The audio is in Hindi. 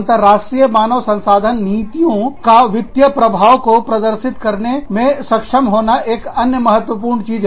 अंतरराष्ट्रीय मानव संसाधन नीतियों का वित्तीय प्रभाव को प्रदर्शित करने में सक्षम होना एक अन्य महत्वपूर्ण चीज है